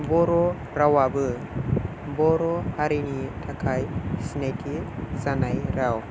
बर' रावाबो बर' हारिनि थाखाय सिनायथि जानाय राव